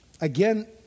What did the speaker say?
again